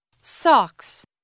Socks